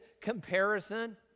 comparison